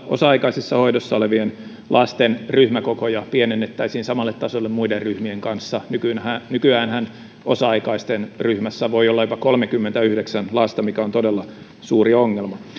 osa aikaisessa hoidossa olevien lasten ryhmäkokoja pienennettäisiin samalle tasolle muiden ryhmien kanssa nykyäänhän nykyäänhän osa aikaisten ryhmässä voi olla jopa kolmekymmentäyhdeksän lasta mikä on todella suuri ongelma